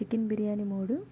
chicken biryani మూడు